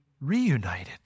reunited